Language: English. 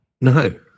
No